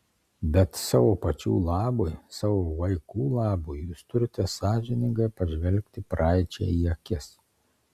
bet savo pačių labui savo vaikų labui jūs turite sąžiningai pažvelgti praeičiai į akis